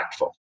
impactful